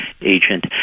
agent